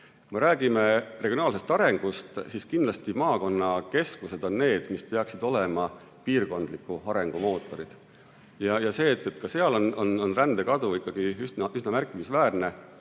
Kui me räägime regionaalsest arengust, siis kindlasti maakonnakeskused on need, mis peaksid olema piirkondliku arengu mootorid. Ja see, et ka seal on rändekadu ikkagi üsna märkimisväärne,